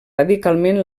radicalment